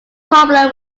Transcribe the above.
popular